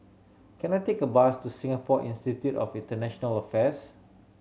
can I take a bus to Singapore Institute of International Affairs